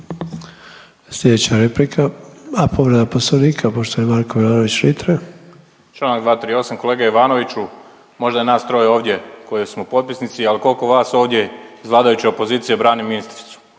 Litre, Marko (Hrvatski suverenisti)** Članak 238., kolega Ivanoviću možda nas troje ovdje koji smo potpisnici, al koliko vas ovdje iz vladajuće opozicije brani ministricu,